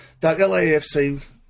LAFC